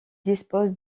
dispose